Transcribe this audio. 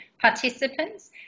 participants